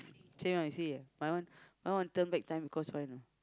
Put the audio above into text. same lah you see my one I want to turn back time because why you know